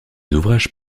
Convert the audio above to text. ouvrages